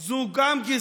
זאת גם גזענות